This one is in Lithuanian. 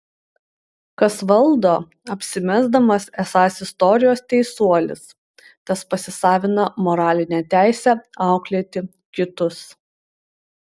kas valdo apsimesdamas esąs istorijos teisuolis tas pasisavina moralinę teisę auklėti kitus